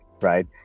right